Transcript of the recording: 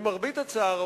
למרבה הצער,